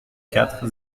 quatre